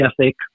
ethic